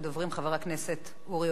חבר הכנסת אורי אורבך,